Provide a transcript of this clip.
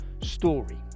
story